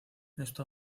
esto